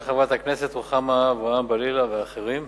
של חברת הכנסת רוחמה אברהם-בלילא ואחרים.